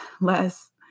less